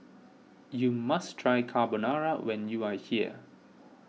you must try Carbonara when you are here